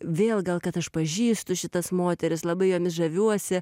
vėl gal kad aš pažįstu šitas moteris labai jomis žaviuosi